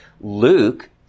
Luke